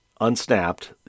unsnapped